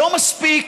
לא מספיק